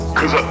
Cause